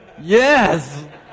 yes